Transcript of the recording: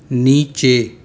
नीचे